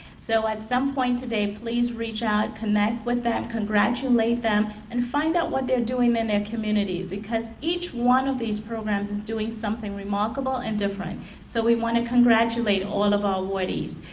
so at some point today please reach out, connect with them, congratulate them and find out what they are doing in their communities because each one of these programs is doing something remarkable and different so we want to congratulate all of our awardees.